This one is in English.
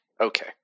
Okay